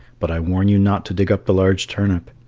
but i warn you not to dig up the large turnip.